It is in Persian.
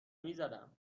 میزدم